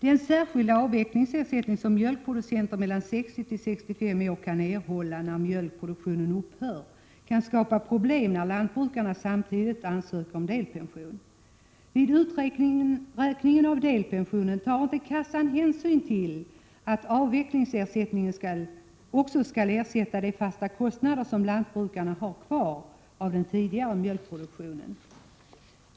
Den särskilda avvecklingsersättning som mjölkproducenter mellan 60 och 65 år kan erhålla om mjölkproduktionen upphör, kan skapa problem när lantbrukarna ansöker om delpension. Vid uträkningen av delpensionen tar kassan inte hänsyn till att avvecklingsersätt ningen också skall ersätta de fasta kostnader som lantbrukarna har kvar från Prot. 1987/88:123 den tidigare mjölkproduktionen.